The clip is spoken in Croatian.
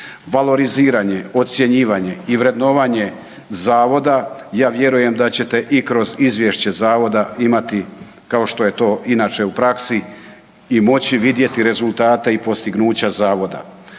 Valoriziranje, ocjenjivanje i vrednovanje zavoda, ja vjerujem da ćete i kroz izvješća zavoda imati kao što je to inače u praksi, i moći vidjeti rezultate i postignuća zavoda.